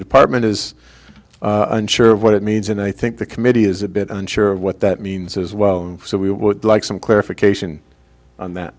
department is unsure of what it means and i think the committee is a bit unsure of what that means as well so we would like some clarification on that